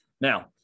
Now